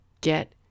get